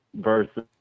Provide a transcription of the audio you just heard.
versus